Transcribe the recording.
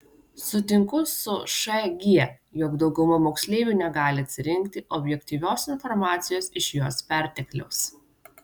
sutinku su šg jog dauguma moksleivių negali atsirinkti objektyvios informacijos iš jos pertekliaus